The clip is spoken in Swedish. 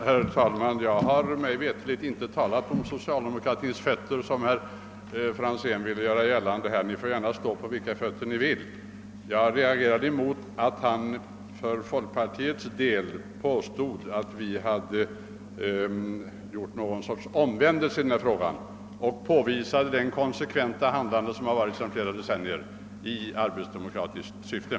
Herr talman! Jag har mig veterligt inte talat om socialdemokraternas fötter — att byta fot — som herr Franzén i Motala ville göra gällande — ni får stå på vilka fötter ni vill. Jag reagerade mot att han påstod att folkpartiet hade gjort en omvändelse i denna fråga och påvisade att vårt handlande i syfte att förbättra arbetsdemokratin under flera decennier har varit konsekvent och progressivt.